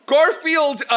Garfield